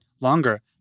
Longer